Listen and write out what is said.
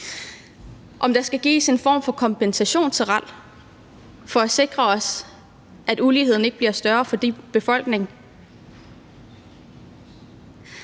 om der skal gives en form for kompensation til Royal Arctic Line, så vi sikrer os, at uligheden ikke bliver større i befolkningen.